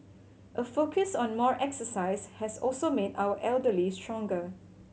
a focus on more exercise has also made our elderly stronger